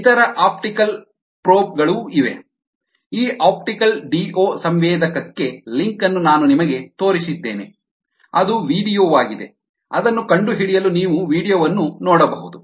ಇತರ optical probe ಗಳೂ ಇವೆ ಈ ಆಪ್ಟಿಕಲ್ ಡಿಒ ಸಂವೇದಕಕ್ಕೆ ಲಿಂಕ್ ಅನ್ನು ನಾನು ನಿಮಗೆ ತೋರಿಸಿದ್ದೇನೆ ಅದು ವೀಡಿಯೊ ವಾಗಿದೆ ಅದನ್ನು ಕಂಡುಹಿಡಿಯಲು ನೀವು ವೀಡಿಯೊ ವನ್ನು ನೋಡಬಹುದು